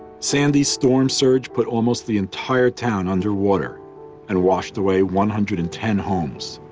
sandy's storm surge put almost the entire town underwater and washed away one hundred and ten homes.